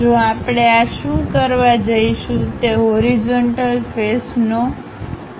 જો આપણે આ શું કરવા જઈશું તેહોરિઝન્ટલ ફેસનો ટોપનો વ્યૂ છે